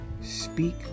speak